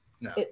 No